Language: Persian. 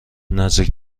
نزدیک